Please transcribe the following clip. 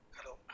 Hello